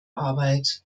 arbeit